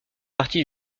partie